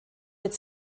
mit